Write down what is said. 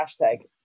hashtag